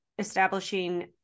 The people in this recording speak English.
establishing